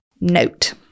note